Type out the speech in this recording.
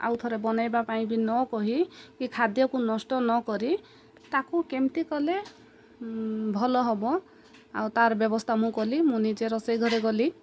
ଆଉଥରେ ବନେଇବା ପାଇଁ ବି ନ କହି କି ଖାଦ୍ୟକୁ ନଷ୍ଟ ନକରି ତାକୁ କେମିତି କଲେ ଭଲ ହବ ଆଉ ତାର୍ ବ୍ୟବସ୍ଥା ମୁଁ କଲି ମୁଁ ନିଜେ ରୋଷେଇ ଘରେ ଗଲି